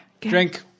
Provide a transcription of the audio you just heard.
Drink